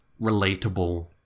relatable